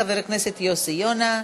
חבר הכנסת יוסי יונה,